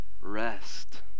rest